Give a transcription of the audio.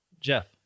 Jeff